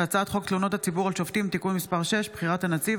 הצעת חוק תלונות הציבור על שופטים (תיקון מס' 6) (בחירת נציב),